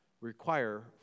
require